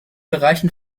bereichen